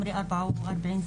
בת 44,